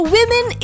Women